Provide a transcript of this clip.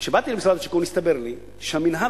כשבאתי למשרד השיכון הסתבר לי שהמינהל